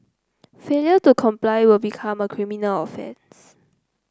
failure to comply will become a criminal offence